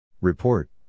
Report